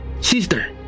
Sister